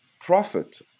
profit